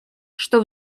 что